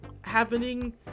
happening